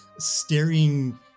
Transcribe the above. staring